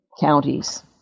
counties